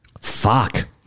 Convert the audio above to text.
Fuck